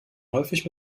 häufig